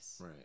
right